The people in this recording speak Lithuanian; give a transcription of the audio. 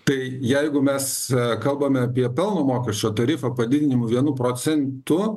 tai jeigu mes kalbame apie pelno mokesčio tarifą padidinimu vienu procentu